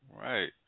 Right